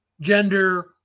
gender